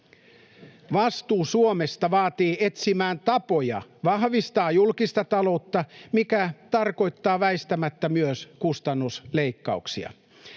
Vastuu Suomesta vaatii etsimään tapoja vahvistaa julkista taloutta, mikä tarkoittaa väistämättä myös kustannusleikkauksia.